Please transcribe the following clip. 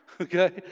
Okay